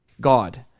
God